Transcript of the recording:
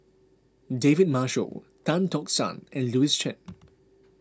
David Marshall Tan Tock San and Louis Chen